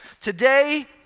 Today